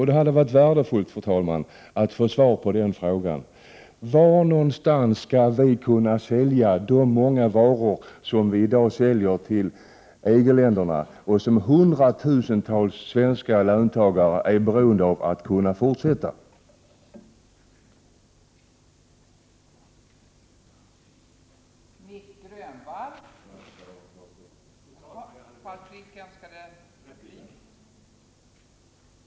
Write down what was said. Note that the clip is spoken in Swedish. Det hade varit värdefullt, fru talman, att få svar på följande fråga: Var skall vi i Sverige kunna sälja de många varor som vi i dag säljer till EG-länderna och som hundratusentals svenska löntagare är beroende av att vi skall kunna fortsätta att sälja?